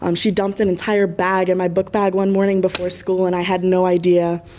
um she dumped an entire bag in my book bag one morning before school and i had no idea.